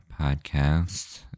podcast